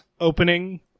opening